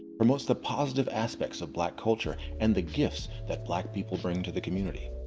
promotes the positive aspects of black culture and the gifts that black people bring to the community.